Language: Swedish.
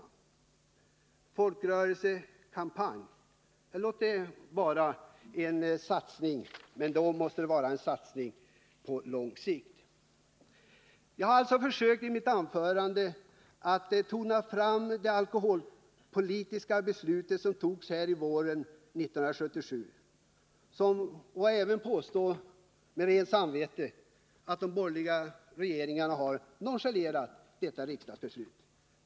Folkrörelsekampanj — låt det vara en satsning, men det måste vara en satsning på lång sikt. Jag har alltså i mitt anförande försökt betona det alkoholpolitiska beslutet som togs här våren 1977, och jag kan även med rent samvete påstå att de borgerliga regeringarna har nonchalerat detta riksdagsbeslut.